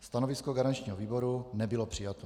Stanovisko garančního výboru nebylo přijato.